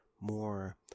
more